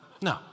No